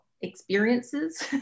experiences